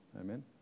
Amen